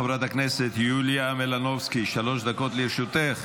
חברת הכנסת יוליה מלינובסקי, שלוש דקות לרשותך,